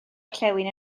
orllewin